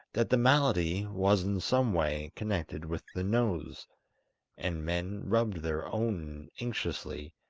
that the malady was in some way connected with the nose and men rubbed their own anxiously,